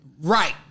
Right